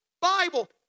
Bible